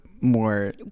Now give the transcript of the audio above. more